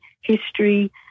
history